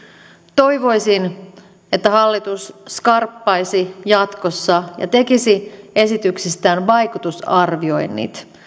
toivoisin että hallitus skarppaisi jatkossa ja tekisi esityksistään vaikutusarvioinnit